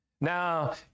Now